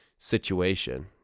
situation